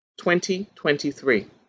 2023